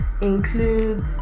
includes